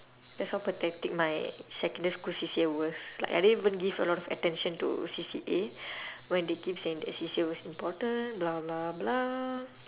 that's how pathetic my secondary school C_C_A was like I didn't even give a lot of attention to C_C_A when they keep saying that C_C_A was important blah blah blah